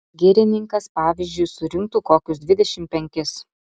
girininkas pavyzdžiui surinktų kokius dvidešimt penkis